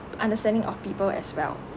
understanding of people as well